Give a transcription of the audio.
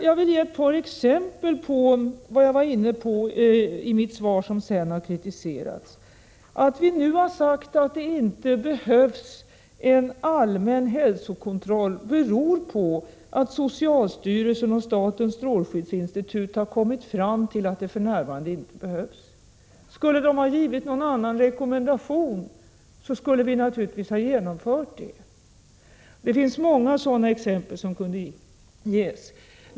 Jag vill ge ett par exempel på vad jag var inne på i mitt svar, som sedan har kritiserats. Att vi nu har sagt att det inte behövs en allmän hälsokontroll beror på att socialstyrelsen och statens strålskyddsinstitut har kommit fram till att den för närvarande inte behövs. Skulle de ha givit någon annan rekommendation skulle vi naturligtvis ha följt den. Det finns många sådana exempel som skulle kunna ges.